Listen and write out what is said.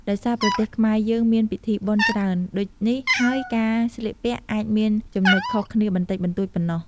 ដោយសារប្រទេសខ្មែរយើងមានពិធីបុណ្យច្រើនដូចនេះហើយការស្លៀកពាក់អាចមានចំណុចខុសគ្នាបន្តិចបន្ទួចប៉ុណ្ណោះ ។